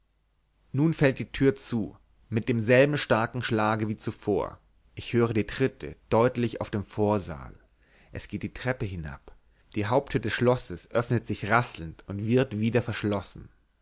nun fällt die tür zu mit demselben starken schlage wie zuvor ich höre die tritte deutlich auf dem vorsaal es geht die treppe hinab die haupttür des schlosses öffnet sich rasselnd und wird wieder verschlossen